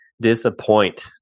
disappoint